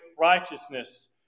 righteousness